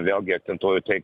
vėlgi akcentuoju tai